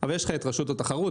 אבל יש את רשות התחרות,